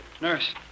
Nurse